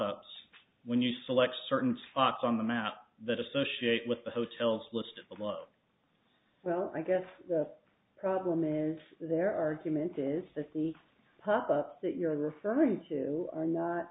ups when you select certain spots on the map that associate with the hotels listed below well i guess the problem is their argument is that the pop ups that you're referring to are not